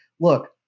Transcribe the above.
look